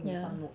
ya